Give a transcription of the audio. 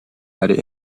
had